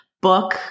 book